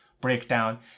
breakdown